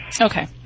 Okay